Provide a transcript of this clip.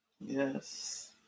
Yes